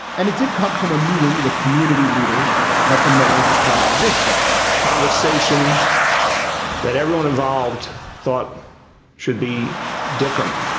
and it did come from a meeting with community leaders that the mayor described this way conversation that everyone involved thought should be different,